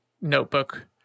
notebook